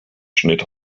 schnitt